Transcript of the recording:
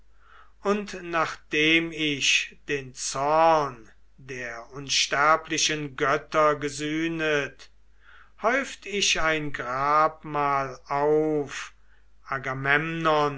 und nachdem ich den zorn der unsterblichen götter gesühnet häuft ich ein grabmal auf